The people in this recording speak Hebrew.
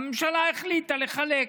שהממשלה החליטה לחלק: